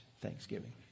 Thanksgiving